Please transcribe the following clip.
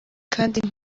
kandi